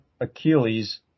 Achilles